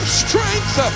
strength